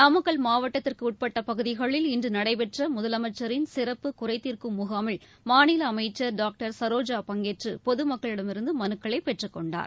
நாமக்கல் மாவட்டத்திற்குட்பட்ட பகுதிகளில் இன்று நடைபெற்ற முதலமைச்சரின் சிறப்பு குறைதீர்க்கும் முகாமில் மாநில அமைச்சர் டாக்டர் சரோஜா பங்கேற்று பொதுமக்களிடமிருந்து மனுக்களை பெற்றுக்கொண்டார்